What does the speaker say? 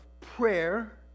prayer